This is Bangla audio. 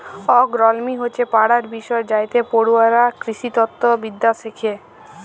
এগ্রলমি হচ্যে পড়ার বিষয় যাইতে পড়ুয়ারা কৃষিতত্ত্ব বিদ্যা শ্যাখে